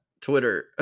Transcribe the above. Twitter